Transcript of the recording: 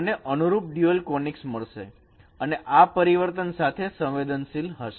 મને અનુરૂપ dual conics મળશે અને તે આ પરિવર્તન સાથે સંવેદનશીલ હશે